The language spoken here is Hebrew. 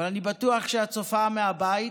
אבל אני בטוח שאת צופה מהבית